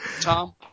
tom